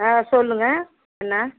ஆ சொல்லுங்கள் என்ன